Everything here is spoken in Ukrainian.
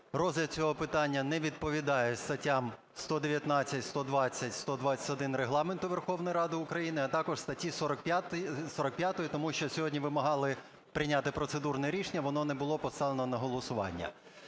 розгляд цього питання не відповідає статтям 119, 120, 121 Регламенту Верховної Ради України, а також статті 45, тому що сьогодні вимагали прийняти процедурне рішення, воно не було поставлено на голосування.